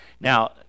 Now